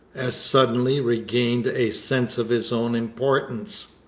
as suddenly regained a sense of his own importance.